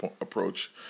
approach